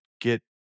get